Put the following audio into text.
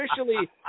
officially